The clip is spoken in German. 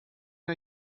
der